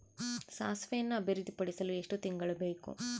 ಸಾಸಿವೆಯನ್ನು ಅಭಿವೃದ್ಧಿಪಡಿಸಲು ಎಷ್ಟು ತಿಂಗಳು ಬೇಕು?